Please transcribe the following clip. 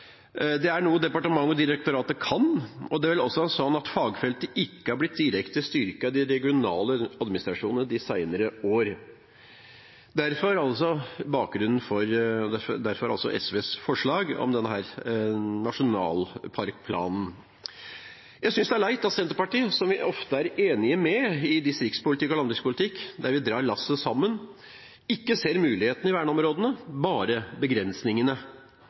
noe departementet og direktoratet kan, og fagfeltet har ikke blitt direkte styrket i de regionale administrasjonene de senere årene. Derfor altså SVs forslag om denne nasjonalparkplanen. Jeg synes det er leit at Senterpartiet – som vi ofte er enige med om distriktspolitikk og landbrukspolitikk, der vi drar lasset sammen – ikke ser mulighetene i verneområdene, bare begrensningene.